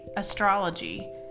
astrology